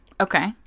Okay